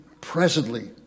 presently